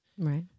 Right